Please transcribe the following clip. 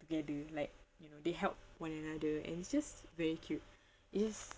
together like you know they help one another and it's just very cute it just